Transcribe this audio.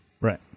Right